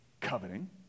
coveting